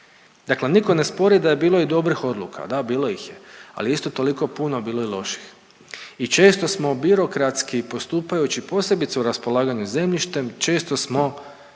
Dakle, nitko ne spori da je bilo i dobrih odluka, da bilo ih je. Ali isto toliko puno bilo je i loših i često smo birokratski postupajući posebice u raspolaganju zemljištem, često smo